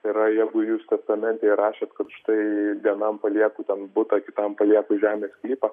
tai yra jeigu jūs testamente įrašėt kad štai vienam palieku ten butą kitam palieku žemės sklypą